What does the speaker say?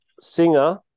singer